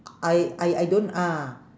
I I I don't ah